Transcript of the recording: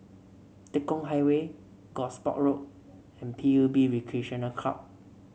Tekong Highway Gosport Road and P U B Recreational Club